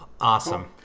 Awesome